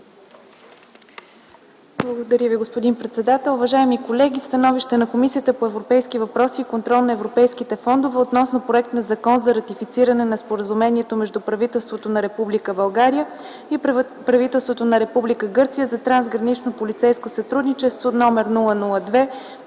Благодаря Ви, господин председател. Уважаеми колеги, „СТАНОВИЩЕ на Комисията по европейските въпроси и контрол на европейските фондове относно Законопроект за ратифициране на Споразумението между правителството на Република България и правителството на Република Гърция за трансгранично полицейско сътрудничество, №